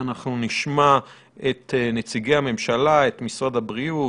אנחנו נשמע את נציגי הממשלה: את משרד הבריאות,